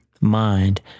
mind